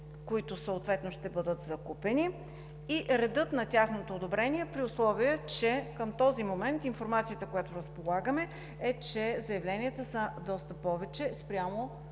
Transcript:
които съответно ще бъдат закупени и редът на тяхното одобрение, при условие че към този момент информацията, с която разполагаме, е, че заявленията са още повече спрямо